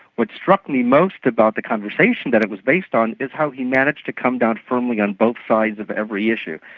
what struck me most about the conversation that it was based on is how he managed to come down firmly on both sides of every issue.